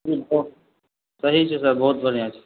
जी sir सही छै sir बहुत बढ़िआँ छै